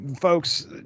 folks